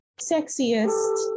sexiest